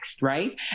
right